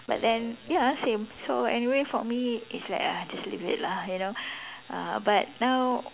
but then ya same so anyway for me it's like ah just leave it lah you know uh but now